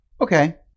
Okay